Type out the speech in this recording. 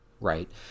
right